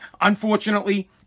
unfortunately